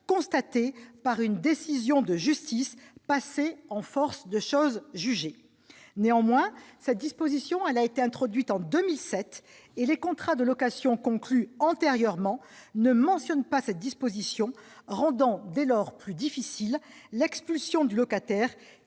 constatés par une décision de justice passée en force de chose jugée. Néanmoins, cette disposition ayant été introduite en 2007, les contrats de location conclus antérieurement ne la mentionnent pas, ce qui rend plus difficile l'expulsion du locataire